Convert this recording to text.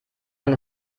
eine